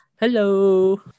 Hello